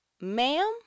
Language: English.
ma'am